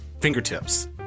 fingertips